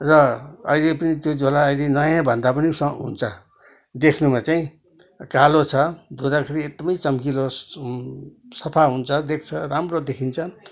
र अहिले पनि त्यो चाहिँ झोला अहिले नयाँ भन्दा पनि सौ हुन्छ देख्नुमा चाहिँ कालो छ धुँदाखेरि एकदमै चम्किलो सफा हुन्छ देख्छ राम्रो देखिन्छन्